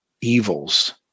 evils